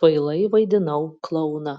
kvailai vaidinau klouną